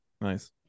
Nice